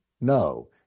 No